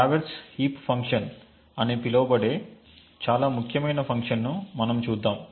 traverse heap function అని పిలువబడే చాలా ముఖ్యమైన ఫంక్షన్ ను మనం చూద్దాం